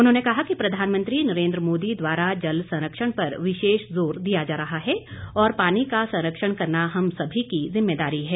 उन्होंने कहा कि प्रधानमंत्री नरेन्द्र मोदी द्वारा जल संरक्षण पर विशेष जोर दिया जा रहा है और पानी का संरक्षण करना हम सभी की जिम्मेदारी है